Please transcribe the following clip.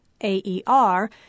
AER